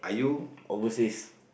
overseas